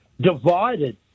divided